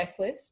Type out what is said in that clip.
checklist